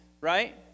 right